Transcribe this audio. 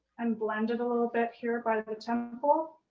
and blend it a little bit here by the temple